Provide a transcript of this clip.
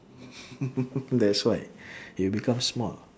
that's why you will become small